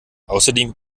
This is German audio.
außerdem